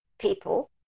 people